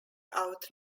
out